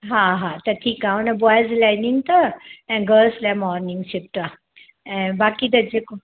हा हा त ठीक आहे हुन बॉइज़ लाइ इविनिंग अथव ऐं गर्ल्स लाइ मोर्निंग शिफ़्ट आहे ऐं बाक़ी त जेको